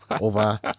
over